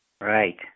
Right